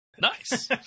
nice